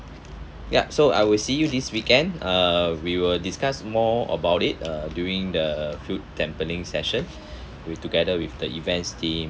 ya so I will see you this weekend uh we will discuss more about it uh during the food sampling session with together with the events team